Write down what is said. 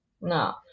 No